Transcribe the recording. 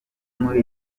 muri